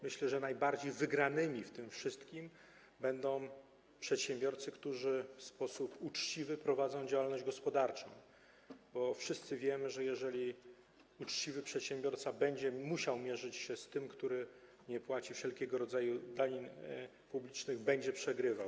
Myślę, że największymi wygranymi w tym wszystkim będą przedsiębiorcy, którzy w sposób uczciwy prowadzą działalność gospodarczą, bo wszyscy wiemy, że jeżeli uczciwy przedsiębiorca będzie musiał mierzyć się z tym, który nie płaci wszelkiego rodzaju danin publicznych, to będzie przegrywał.